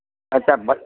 અચ્છા બટ